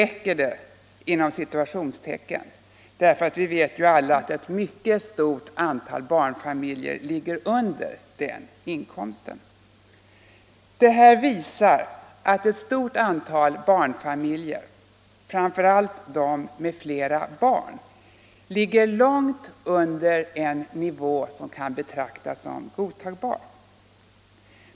— räcker det inom citationstecken därför att, som vi alla vet, ett mycket stort antal barnfamiljer ligger under den inkomsten. Det här visar att ett stort antal barnfamiljer — framför allt de med flera barn — ligger långt under en nivå som kan betraktas som godtagbar.